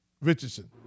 Richardson